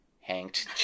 Hanged